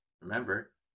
Remember